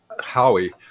Howie